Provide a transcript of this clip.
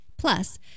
Plus